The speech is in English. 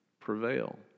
prevail